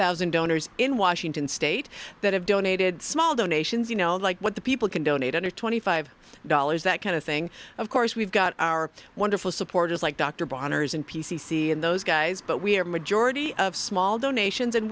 thousand donors in washington state that have donated small donations you know like what the people can donate under twenty five dollars that kind of thing of course we've got our wonderful supporters like dr bonders and p c c and those guys but we are majority of small donations and